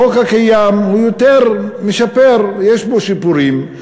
החוק הקיים משפר, יש בו שיפורים.